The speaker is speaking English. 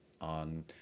on